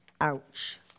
Ouch